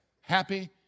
happy